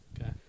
Okay